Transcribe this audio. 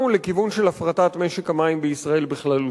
לכיוון של הפרטת משק המים בישראל בכללותו.